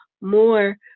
more